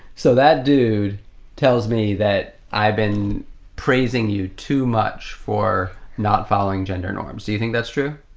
so that dude tells me that i've been praising you too much for not following gender norms. do you think that's true?